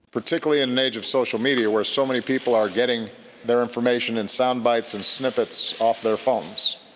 particularly in an age of social media were so many people are getting their information in soundbites and snippets off their phones,